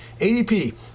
ADP